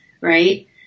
Right